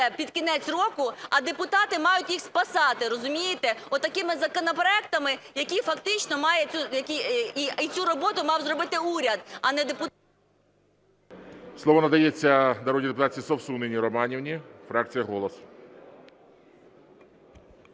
під кінець року, а депутати мають їх спасати, розумієте, отакими законопроектами, які фактично має… Цю роботу мав зробити уряд, а не… ГОЛОВУЮЧИЙ. Слово надається народній депутатці Совсун Інні Романівні, фракція "Голос".